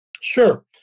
Sure